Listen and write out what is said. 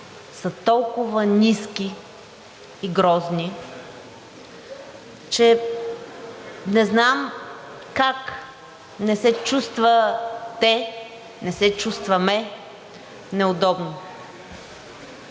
са толкова низки и грозни, че не знам как не се чувствате, не се чувстваме неудобно?!